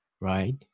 right